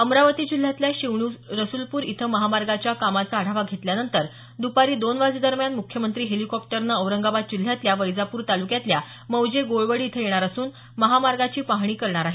अमरावती जिल्ह्यातल्या शिवणी रसूलापूर इथं महामार्गाच्या कामाचा आढावा घेतल्यानंतर दुपारी दोन वाजेदरम्यान मुख्यमंत्री हेलिकॉप्टरने औरंगाबाद जिल्ह्याच्या वैजापूर तालुक्यातल्या मौजे गोळवडी इथं येणार असून महामार्गाची पाहणी करणार आहे